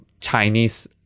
Chinese